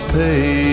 pay